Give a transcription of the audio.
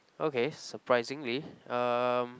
okay surprisingly um